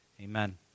amen